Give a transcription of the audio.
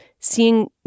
seeing